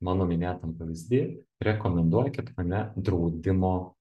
mano minėtam pavyzdy rekomenduokit mane draudimo